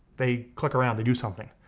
they click around, they do something.